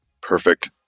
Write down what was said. Perfect